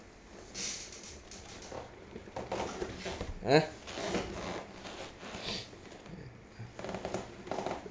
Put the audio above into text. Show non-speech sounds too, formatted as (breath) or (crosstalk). !huh! (breath)